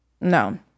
no